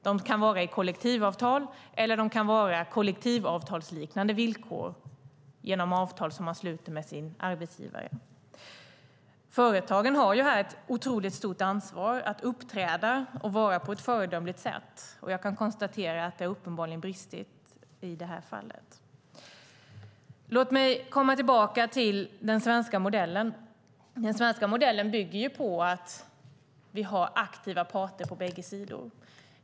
De kan vara i kollektivavtal, eller det kan vara kollektivavtalsliknande villkor genom avtal som man sluter med sin arbetsgivare. Företagen har här ett otroligt stort ansvar att uppträda på ett föredömligt sätt. Jag kan konstatera att det uppenbarligen har brustit i det här fallet. Låt mig komma tillbaka till den svenska modellen. Den svenska modellen bygger på att vi har aktiva parter på bägge sidor.